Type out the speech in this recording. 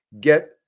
get